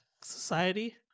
society